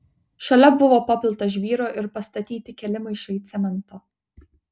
šalia buvo papilta žvyro ir pastatyti keli maišai cemento